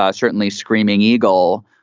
ah certainly screaming eagle,